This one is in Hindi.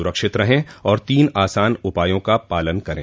सुरक्षित रहें और तीन आसान उपायों का पालन करें